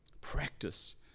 Practice